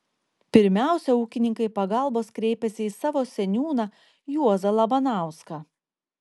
pirmiausia ūkininkai pagalbos kreipėsi į savo seniūną juozą labanauską